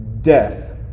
death